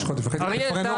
אריאל,